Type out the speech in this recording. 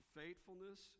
faithfulness